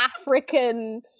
African